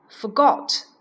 forgot